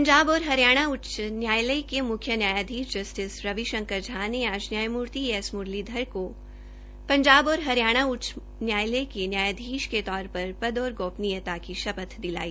पंजाब और हरियाणा उच्च न्यायालय के मुख्य न्यायाधीश जस्टिस रवि शंकर झा ने आज न्यायमूर्ति एस म्रलीधर को पंजाब और हरियाणा उच्च न्यायालय के न्यायाधीश के तौर पर पद और गोपनीयता की शपथ दिलाई